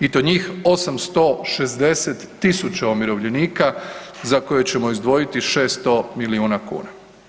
I to njih 860.000 umirovljenika za koje ćemo izdvojiti 600 milijuna kuna.